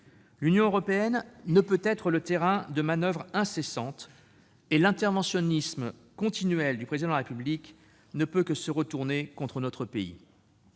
L'Union européenne ne peut être le terrain de manoeuvres incessantes et l'interventionnisme continuel du Président de la République ne peut que se retourner contre notre pays.